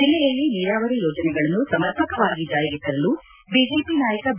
ಜಿಲ್ಲೆಯಲ್ಲಿ ನೀರಾವರಿ ಯೋಜನೆಗಳನ್ನು ಸಮರ್ಪಕವಾಗಿ ಜಾರಿಗೆ ತರಲು ಬಿಜೆಪಿ ನಾಯಕ ಬಿ